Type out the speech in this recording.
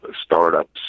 startups